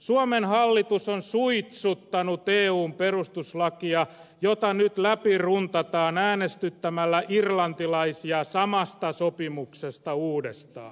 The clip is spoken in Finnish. suomen hallitus on suitsuttanut eun perustuslakia jota nyt läpi runtataan äänestyttämällä irlantilaisia samasta sopimuksesta uudestaan